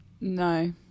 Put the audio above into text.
No